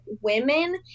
women